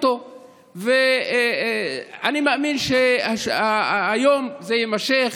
אני מאמין שהיום ומחר זה יימשך.